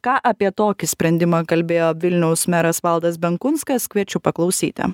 ką apie tokį sprendimą kalbėjo vilniaus meras valdas benkunskas kviečiu paklausyti